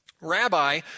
Rabbi